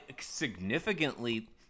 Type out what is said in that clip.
significantly